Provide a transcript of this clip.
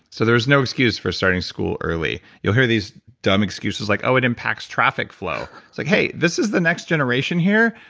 so there's no excuse for starting school early, you'll hear these dumb excuses like, oh, it impacts traffic flow, so like, hey, this is the next generation here,